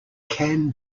can